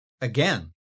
Again